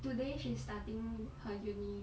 today she's starting her uni